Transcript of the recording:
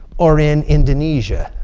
or in indonesia.